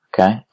Okay